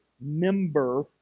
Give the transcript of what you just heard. member